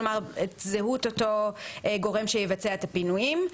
כלומר, זהות אותו גורם שיבצע את הפינויים.